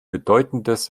bedeutendes